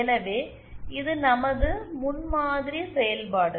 எனவே இது நமது முன்மாதிரி செயல்பாடு